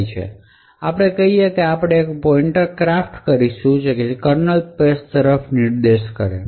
હવે આપણે કહી શકીએ કે આપણે એક પોઈંટર ક્રાફ્ટ કરીશું જે કર્નલ સ્પેસ તરફ નિર્દેશ કરે છે